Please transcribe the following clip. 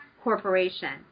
corporation